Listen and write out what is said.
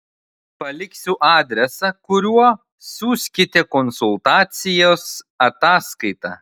paliksiu adresą kuriuo siųskite konsultacijos ataskaitą